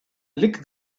lick